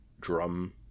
drum